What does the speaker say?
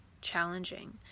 challenging